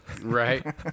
Right